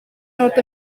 north